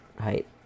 height